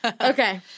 Okay